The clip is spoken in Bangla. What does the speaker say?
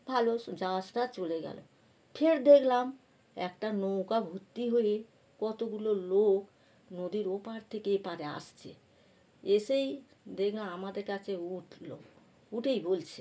ভালো সো জাহাজটা চলে গেলো ফের দেখলাম একটা নৌকা ভর্তি হয়ে কতগুলো লোক নদীর ওপার থেকে এপারে আসছে এসেই দেখলাম আমাদের কাছে উঠলো উঠেই বলছে